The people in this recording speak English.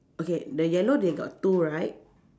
okay the yellow they got two right